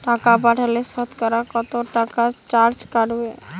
টাকা পাঠালে সতকরা কত টাকা চার্জ কাটবে?